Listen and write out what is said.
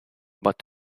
but